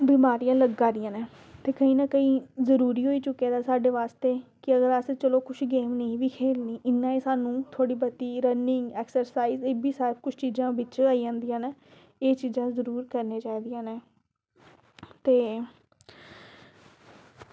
बमारियां लग्गा दियां न ते ते जरूरी होई चुक्के दा साढ़े आस्तै ते केह् होआ कि असें कोई गेम नेईं बी खेल्लनी ते इ'यां सानूं थोह्ड़ी मती रनिंग एक्सरसाईज़ ओह्बी सब कुछ चीज़ां बिच गै आई जंदियां न एह् चीज़ां बी जरूर करनियां चाहिदियां ते